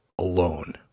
alone